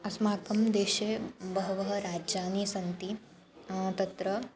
अस्माकं देशे बहवः राज्यानि सन्ति तत्र